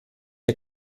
der